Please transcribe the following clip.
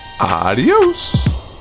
Adios